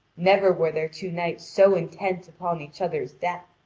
never were there two knights so intent upon each other's death.